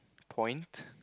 point